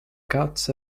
guts